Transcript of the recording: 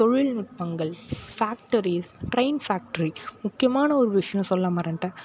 தொழில்நுட்பங்கள் factories train factory முக்கியமான ஒரு விஷயம் சொல்ல மறந்துவிட்டேன்